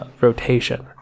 rotation